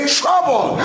trouble